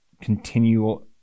continual